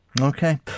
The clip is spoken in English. Okay